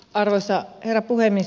arvoisa herra puhemies